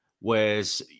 whereas